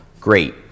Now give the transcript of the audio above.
great